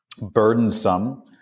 burdensome